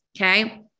Okay